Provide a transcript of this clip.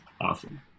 awesome